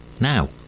now